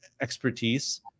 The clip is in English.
expertise